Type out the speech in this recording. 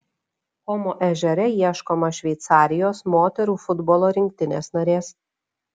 komo ežere ieškoma šveicarijos moterų futbolo rinktinės narės